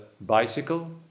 bicycle